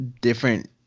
different